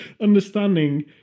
understanding